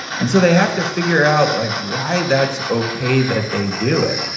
and so they have to figure out like why that's okay that they do it,